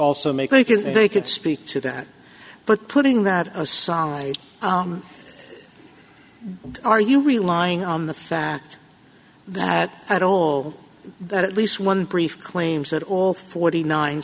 also make you can they could speak to that but putting that aside are you relying on the fact that at all that at least one brief claims that all forty nine